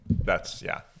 that's—yeah